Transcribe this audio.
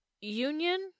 Union